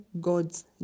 god's